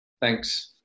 Thanks